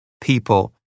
people